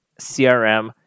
CRM